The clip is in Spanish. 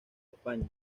españa